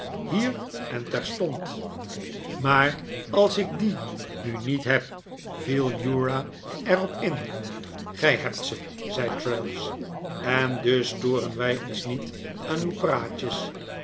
hier en terstond maar als ik die nu niet heb viel uriah er op in gij hebt ze zei traddles en dus storen wij ons niet aan uw praatjes